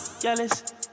jealous